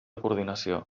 coordinació